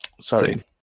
Sorry